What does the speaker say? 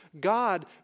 God